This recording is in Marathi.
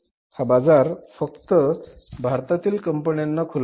हा बाजार फक्त भारतातील कंपन्यांसाठी खुला होता